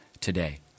today